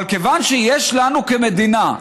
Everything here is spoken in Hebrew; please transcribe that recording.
אבל כיוון שיש לנו כמדינה,